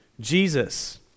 Jesus